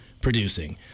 producing